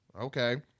Okay